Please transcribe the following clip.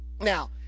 now